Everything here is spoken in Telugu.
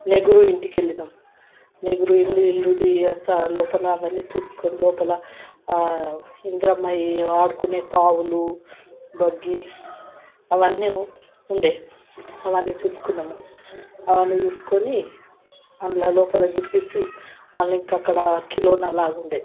నెహ్రూ ఇంటికి వెళ్ళినాం నెహ్రూ ఇల్లు ఇల్లుది అంత లోపల అవన్నీ చూసుకొని లోపల ఇందిరమ్మ ఆడుకొనే పావులు బగ్గీ అవన్నీ ఉండే అవన్నీ చూసుకున్నాము అవన్నీ చూసుకొని అందులో లోపల తిరిగేసి మళ్ళీ ఇంక అక్కడ కిలోనా లాగా ఉండే